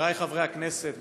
חבריי חברי הכנסת,